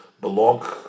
Belong